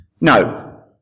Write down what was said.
No